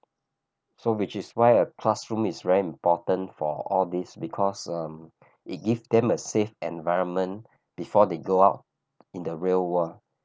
so which is why a classroom is very important for all this because um it give them a safe environment before they go out in the real world